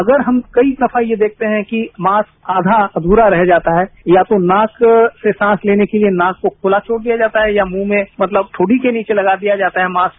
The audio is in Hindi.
अगर हम कई दफा ये देखते है कि मास्क आधा अध्रा रह जाता है या तो मास्क से सांस लेने के लिए नाक को खुला छोड़ दिया जाता है या मुंह में मतलब ठोडी के नीचे लगा दिया जाता है मास्क